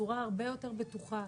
בצורה הרבה יותר בטוחה,